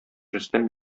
рөстәм